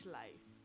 life